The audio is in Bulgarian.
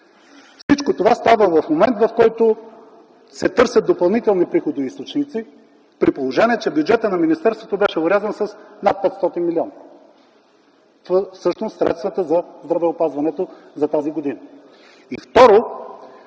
Всичко това става в момент, в който се търсят допълнителни приходоизточници, при положение че бюджета на министерството беше орязан с над 500 млн. – всъщност средствата за здравеопазването за тази година. Второ,